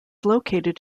located